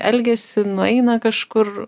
elgiasi nueina kažkur